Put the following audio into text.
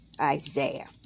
Isaiah